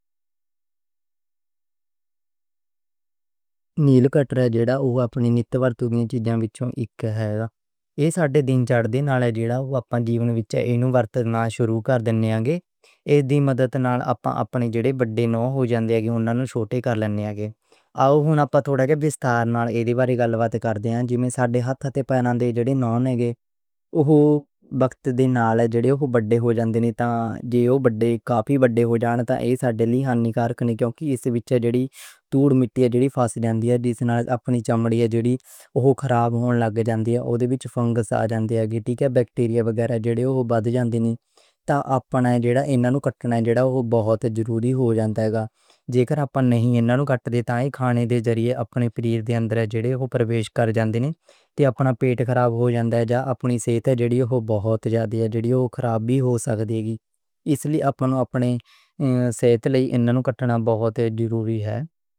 نیل کٹر آج دے تاں اپنی نِتّی ورتوں وِچ وی اک ہے۔ ایہ ساڈے روزمرہ دے جیون وِچ ورتنا شروع کر دیندے نیں۔ ایہ دی مدد نال اپاں اپنے وڈّے نَویں اُنہاں نوں چھوٹے کر لَینے آں۔ آپاں بستار نال اے دے بارے گَلّ بات کر دے جاندے نیں۔ جیوں ساڈے ہتھ تے پیراں دے جڑے نَویں او وقت دے نال وڈّے ہو جاندے تے ایہ ساڈے لئی ہانیکارک لئی کیوں کہ اس وِچ دُھول مٹی جیہڑی فَس جاندی اے۔ جس نال اپنی چمڑی جیہڑی اوہ خراب ہون لگدی اے، اُدھ وِچ فنگس آ جاندی، جیہڑا بیکٹیریا وغیرہ ہے گا جو اُپج جاندا نیں۔ جیوں ساڈے ہتھ تے پیراں دے جڑے نَویں وڈّے ہو جاندے تے۔ جیکر نہ کَٹئے تاں کھان دے لئی اپنے شَریر دے اندر پرویش کر جاندا نیں۔ تے اپنا پیٹ خراب ہو جاندا تے اپنی صحت جیہڑی ہون بہت زیادہ جیہڑی اوہ خراب وی ہو سکدی اے۔ اس لئی اپنی صحت لئی اِنہاں نوں کَٹنا بہت ضروری اے۔